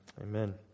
Amen